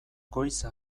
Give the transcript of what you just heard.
goiza